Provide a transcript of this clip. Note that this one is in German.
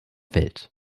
welt